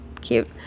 Cute